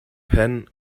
penh